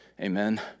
Amen